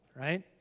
right